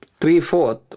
three-fourth